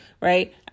right